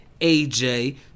aj